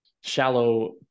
shallow